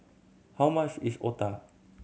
how much is otah